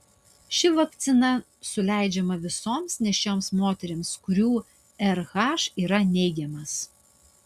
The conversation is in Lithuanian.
ši vakcina suleidžiama visoms nėščioms moterims kurių rh yra neigiamas